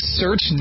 search